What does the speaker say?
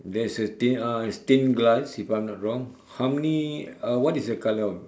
there is a stain uh stained glass if I'm not wrong how many uh what is the colour of